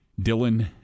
Dylan